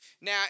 Now